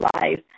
life